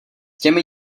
těmi